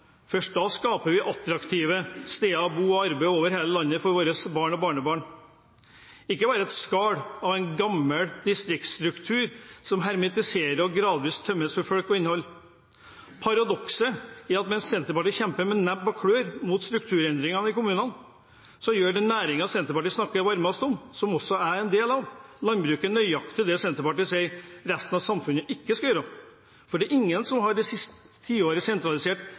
Først da skaper vi attraktive steder å bo og arbeide over hele landet for våre barn og barnebarn – ikke bare et skall av en gammel distriktsstruktur som hermetiseres og gradvis tømmes for folk og innhold. Paradokset er at mens Senterpartiet kjemper med nebb og klør mot strukturendringene i kommunene, gjør den næringen Senterpartiet snakker varmest om – som også jeg er en del av, nemlig landbruket – nøyaktig det Senterpartiet sier resten av samfunnet ikke skal gjøre, for ingen har de siste tiårene sentralisert